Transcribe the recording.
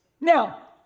Now